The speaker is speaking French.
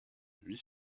huit